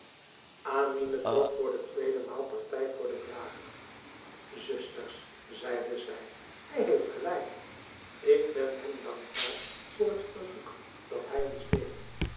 amine trok voor de tweede maal partij voor den drager zusters zeide zij hij heeft gelijk ik ben hem dankbaar voor het verzoek dat hij ons deed